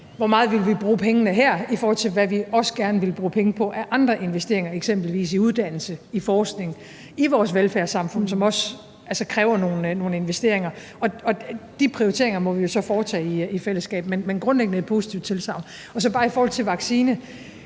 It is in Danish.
hvor meget vi vil bruge pengene her, i forhold til hvad vi også gerne vil bruge penge på af andre investeringer, eksempelvis i uddannelse, i forskning og i vores velfærdssamfund, som også kræver nogle investeringer. De prioriteringer må vi jo så foretage i fællesskab, men det er grundlæggende et positivt tilsagn. Så vil jeg bare sige i forhold til vacciner,